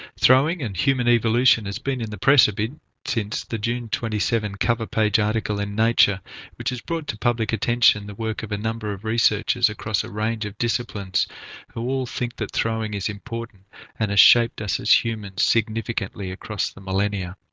throwing and human evolution has been in the press since the june twenty seven cover page article in nature which has brought to public attention the work of a number of researchers across a range of disciplines who all think that throwing is important and has shaped us as humans significantly across the millennia.